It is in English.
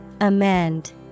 Amend